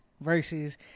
versus